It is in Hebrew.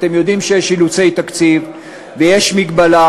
אתם יודעים שיש אילוצי תקציב ויש מגבלה,